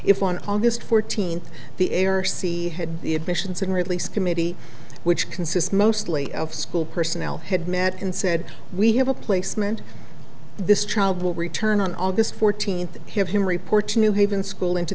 fourteenth the air sea had the admissions and release committee which consists mostly of school personnel had met and said we have a placement this child will return on august fourteenth have him report to new haven school into